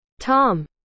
Tom